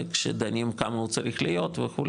כשדנים כמה הוא צריך להיות וכו',